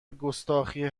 گستاخی